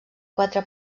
quatre